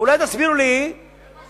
אולי תסבירו לי איך זה,